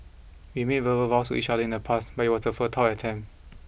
we made verbal vows to each other in the past but it was a futile attempt